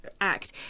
act